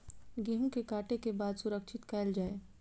गेहूँ के काटे के बाद सुरक्षित कायल जाय?